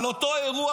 על אותו אירוע,